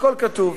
הכול כתוב.